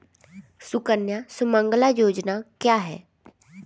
सुकन्या सुमंगला योजना क्या है?